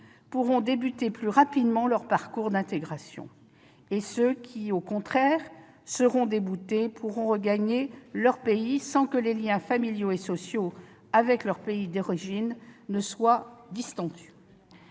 pourront commencer plus rapidement leur parcours d'intégration, tandis que ceux qui, au contraire, seront déboutés pourront regagner leur pays sans que les liens familiaux et sociaux avec leur pays d'origine se soient distendus.